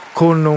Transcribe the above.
con